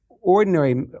ordinary